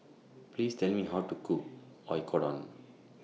Please Tell Me How to Cook Oyakodon